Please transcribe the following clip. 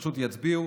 פשוט יצביעו,